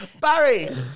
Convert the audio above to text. Barry